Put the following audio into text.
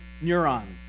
neurons